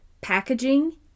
Packaging